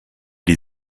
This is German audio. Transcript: die